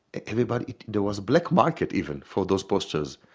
everybody, there was a black market even for those posters.